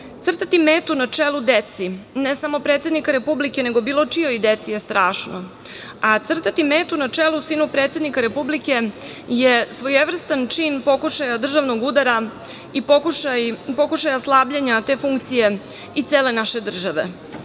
Crtati metu na čelu deci, ne samo predsednika Republike, nego bilo čijoj deci je strašno, a crtati metu na čelu sina predsednika Republike je svojevrstan čin pokušaja državnog udara i pokušaja slabljenja te funkcije i cele naše države. Nazovi